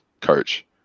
coach